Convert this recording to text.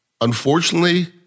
Unfortunately